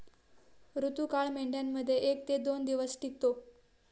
ऋतुकाळ मेंढ्यांमध्ये एक ते दोन दिवस टिकतो